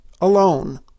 alone